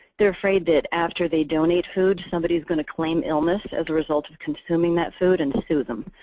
they're afraid that after they donate food, somebody's going to claim illness as a result of consuming that food, and sue them.